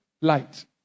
light